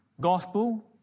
gospel